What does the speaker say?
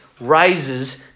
rises